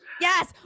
Yes